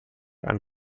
ein